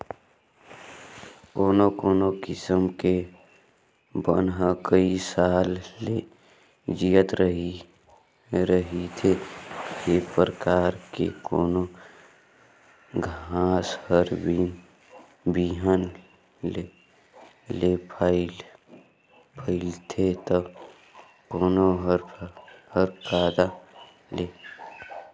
कोनो कोनो किसम के बन ह कइ साल ले जियत रहिथे, ए परकार के कोनो घास हर बिहन ले फइलथे त कोनो हर कांदा ले